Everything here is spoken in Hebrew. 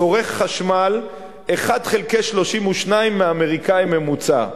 צורך חשמל 1 חלקי 32 מאמריקני ממוצע.